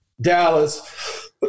Dallas